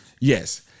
yes